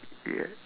yeah